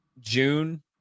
June